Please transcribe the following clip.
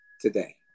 today